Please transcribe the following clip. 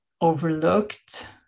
overlooked